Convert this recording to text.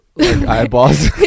eyeballs